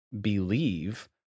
believe